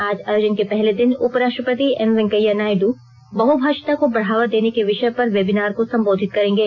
आज आयोजन के पहले दिन उपराष्ट्रपति एम वेंकैया नायडु बहुभाषिता को बढ़ावा देने के विषय पर वेबिनार को संबोधित करेंगे